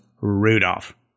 Rudolph